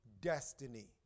destiny